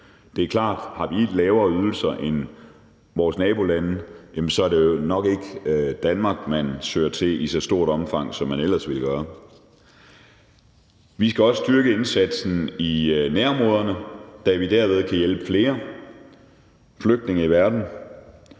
Det er klart, at hvis vi ikke har lavere ydelser end vores nabolande, er det nok ikke Danmark, man søger til i så stort omfang, som man ellers ville gøre. Vi skal også styrke indsatsen i nærområderne, da vi derved kan hjælpe flere flygtninge i verden